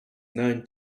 nine